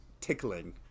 tickling